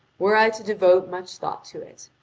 were i to devote much thought to it.